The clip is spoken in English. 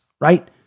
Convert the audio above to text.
Right